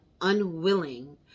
unwilling